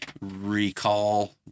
recall